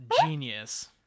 genius